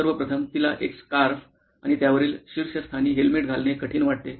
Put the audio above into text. सर्व प्रथम तिला एक स्कार्फ आणि त्यावरील शीर्षस्थानी हेल्मेट घालणे कठीण वाटते